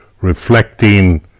reflecting